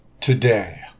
Today